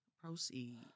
proceed